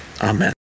Amen